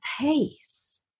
pace